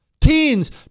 Teens